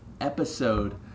episode